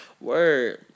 word